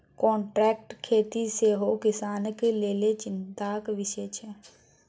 contract खेती सेहो किसानक लेल चिंताक बिषय छै